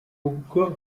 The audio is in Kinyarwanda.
ubwo